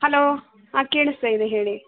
hello ಹಾಂ ಕೇಳಿಸ್ತಾಯಿದೆ ಹೇಳಿ